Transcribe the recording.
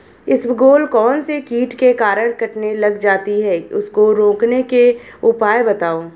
इसबगोल कौनसे कीट के कारण कटने लग जाती है उसको रोकने के उपाय बताओ?